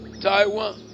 Taiwan